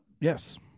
Yes